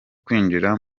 kwinjira